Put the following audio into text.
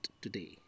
today